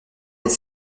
des